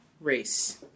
race